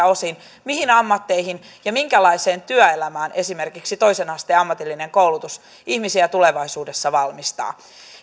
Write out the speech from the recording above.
osin mihin ammatteihin ja minkälaiseen työelämään esimerkiksi toisen asteen ammatillinen koulutus ihmisiä tulevaisuudessa valmistaa